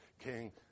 King